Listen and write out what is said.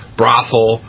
brothel